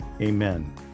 Amen